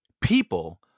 people